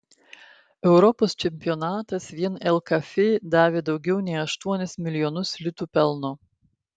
europos čempionatas vien lkf davė daugiau nei aštuonis milijonus litų pelno